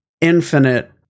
Infinite